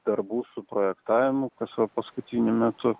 darbų suprojektavimų kas va paskutiniu metu